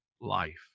life